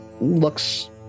looks